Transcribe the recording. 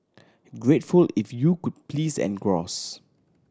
grateful if you could please engross